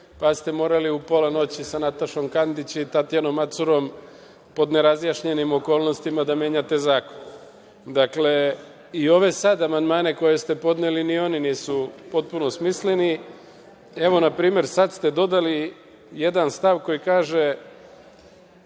pa ste morali u pola noći sa Natašom Kandić i Tatjanom Macurom, pod nerazjašnjenim okolnostima da menjate zakon.I ove sada amandmane koje ste podneli nisu potpuno smisleni. Evo npr. sada ste dodali jedan stav koji kaže